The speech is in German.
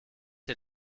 der